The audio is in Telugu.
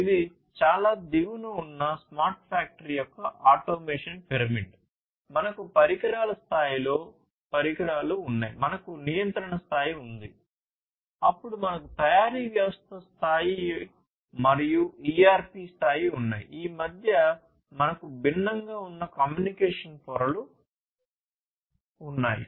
ఇది చాలా దిగువన ఉన్న స్మార్ట్ ఫ్యాక్టరీ యొక్క ఆటోమేషన్ పిరమిడ్ మనకు పరికరాల స్థాయిలో పరికరాలు ఉన్నాయి మనకు నియంత్రణ స్థాయి ఉంది అప్పుడుమనకు తయారీ వ్యవస్థ స్థాయి మరియు ERP స్థాయి ఉన్నాయి ఈ మధ్య మనకు భిన్నంగా ఉన్న కమ్యూనికేషన్ పొరలు ఉన్నాయి